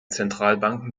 zentralbanken